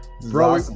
Bro